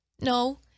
no